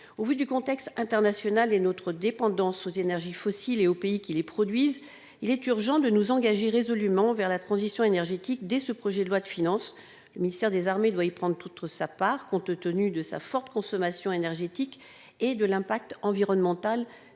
Au vu du contexte international et de notre dépendance aux énergies fossiles et aux pays qui les produisent, il est urgent de nous engager résolument vers la transition énergétique dès ce projet de loi de finances. Le ministère des armées doit y prendre toute sa part compte tenu de sa forte consommation énergétique et de l'impact environnemental